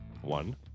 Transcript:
One